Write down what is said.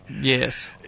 yes